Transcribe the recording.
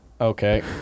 Okay